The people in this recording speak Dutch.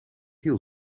heel